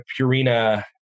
Purina